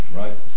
right